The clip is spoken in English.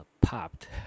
popped